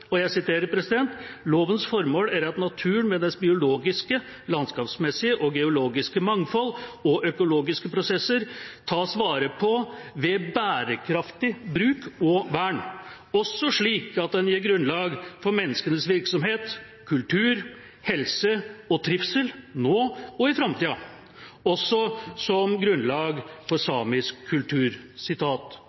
er jeg veldig glad for at det står i § 1 i naturmangfoldloven: «Lovens formål er at naturen med dens biologiske, landskapsmessige og geologiske mangfold og økologiske prosesser tas vare på ved bærekraftig bruk og vern, også slik at den gir grunnlag for menneskenes virksomhet, kultur, helse og trivsel, nå og i fremtiden, også som grunnlag for samisk